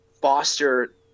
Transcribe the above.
foster